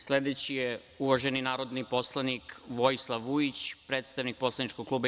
Sledeći je uvaženi narodni poslanik Vojislav Vujić, predstavnik poslaničkog kluba JS.